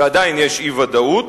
ועדיין יש אי-ודאות,